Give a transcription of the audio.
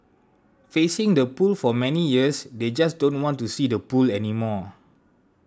facing the pool for many years they just don't want to see the pool anymore